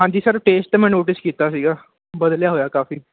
ਹਾਂ ਜੀ sir test ਤਾਂ ਮੈਂ ਨੋਟਿਸ ਕੀਤਾ ਸੀਗਾ ਬਦਲਿਆ ਹੋਇਆ ਕਾਫੀ